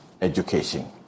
education